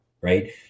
right